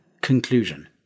conclusion